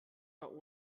war